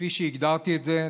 כפי שהגדרתי את זה,